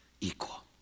equal